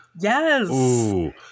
Yes